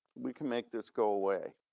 we can make this go away.